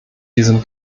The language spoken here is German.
diesem